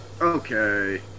Okay